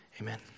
Amen